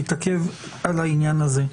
אני רוצה בכוונה להתעכב על העניין הזה.